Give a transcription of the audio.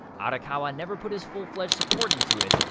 arakawa never put his full-fledged support into it,